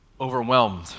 overwhelmed